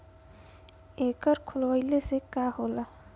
एकर खोलवाइले से का होला?